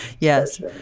Yes